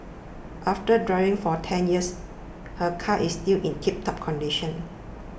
after driving for ten years her car is still in tiptop condition